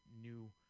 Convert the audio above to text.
new